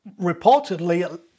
reportedly